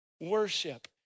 worship